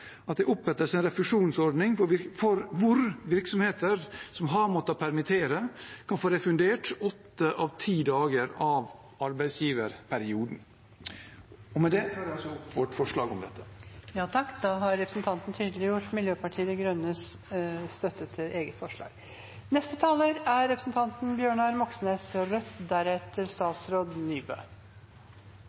at det opprettes en refusjonsordning hvor virksomheter som har måttet permittere, kan få refundert åtte av ti dager av arbeidsgiverperioden. Og med det tar jeg opp vårt forslag om dette. Representanten Per Espen Stoknes har tatt opp det forslaget han refererte til.